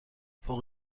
فوق